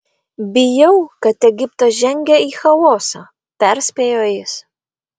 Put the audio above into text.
bijau kad egiptas žengia į chaosą perspėjo jis